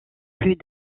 plus